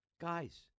Guys